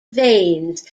veins